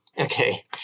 okay